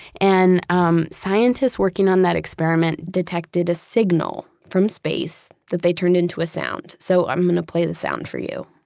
and um scientists working on that experiment detected a signal from space that they turned into a sound. so i'm going to play the sound for you.